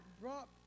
brought